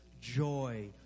joy